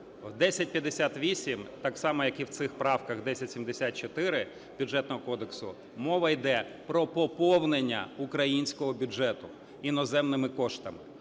в 1058 так само як і в цих правках 1074 Бюджетного кодексу, мова йде про поповнення українського бюджету іноземними коштами